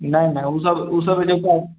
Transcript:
नहि नहि ओ सब ओसब एजुका